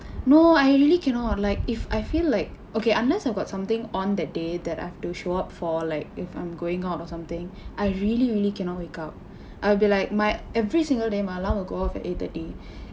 no I really cannot like if I feel like okay unless I've got something on that day that I've to show up for like if I'm going out or something I really really cannot wake up I'll be like my every single day my alarm will go off at eight thirty